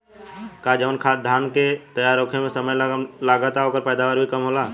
का जवन धान के तैयार होखे में समय कम लागेला ओकर पैदवार भी कम होला?